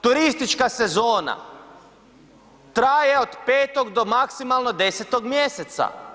Turistička sezona traje od 5. do maksimalno 10. mjeseca.